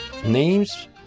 Names